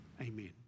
amen